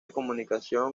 comunicación